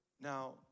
Now